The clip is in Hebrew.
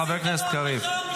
הוא הבעיה.